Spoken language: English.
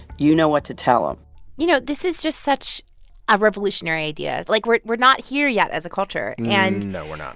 you know what to tell them um you know, this is just such a revolutionary idea. like, we're we're not here yet as a culture and. and. no, we're not.